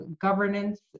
governance